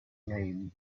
name